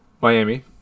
Miami